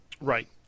Right